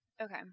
Okay